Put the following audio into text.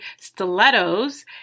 STILETTOS